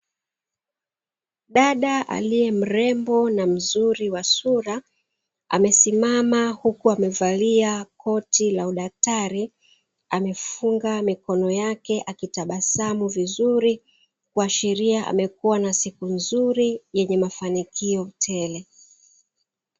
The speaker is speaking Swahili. Dada aliye mrembo na mzuri wa sura, amesimama huku amevalia koti la udakitari; amefunga mikono yake akitabasamu vizuri, kuashiria amekuwa na siku nzuri yenye mafanikio tele.